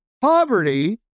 poverty